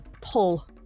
pull